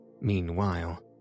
Meanwhile